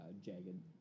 jagged